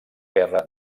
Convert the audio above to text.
guerra